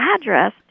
address